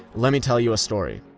let me tell you a story.